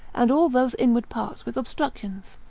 and all those inward parts with obstructions.